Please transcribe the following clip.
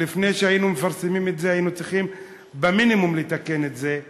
ולפני שאנחנו מפרסמים את זה היינו צריכים במינימום לתקן את זה: